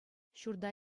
ҫурта